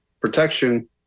protection